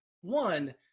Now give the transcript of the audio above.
one